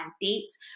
dates